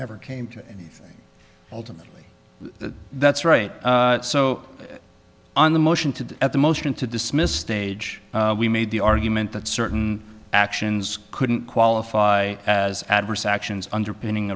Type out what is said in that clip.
never came to anything ultimately that's right so on the motion to at the motion to dismiss stage we made the argument that certain actions couldn't qualify as adverse actions underpinning